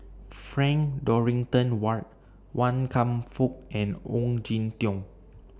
Frank Dorrington Ward Wan Kam Fook and Ong Jin Teong